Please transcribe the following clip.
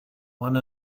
one